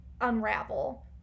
unravel